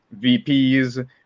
VPs